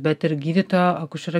bet ir gydytojo akušerio